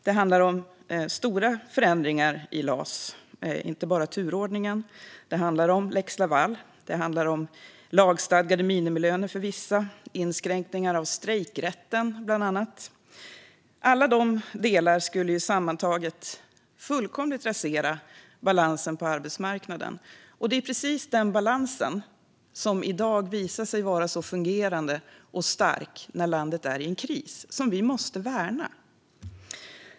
Det handlar om stora förändringar i LAS, inte bara turordningen. Det handlar om lex Laval. Det handlar om lagstadgade minimilöner för vissa och om inskränkningar av strejkrätten, bland annat. Alla dessa delar skulle sammantaget fullkomligt rasera balansen på arbetsmarknaden. Det är precis den balansen, som i dag visar sig vara så fungerande och stark när landet är i en kris, som vi måste värna.